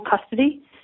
custody